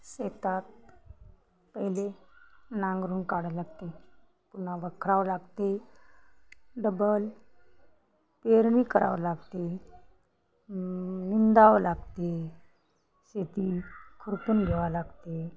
शेतात पहिले नांगरून काढावे लागते पुन्हा वखरावं लागते डबल पेरणी करावं लागते निंदावं लागते शेती खुरपून घेवा लागते